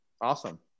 awesome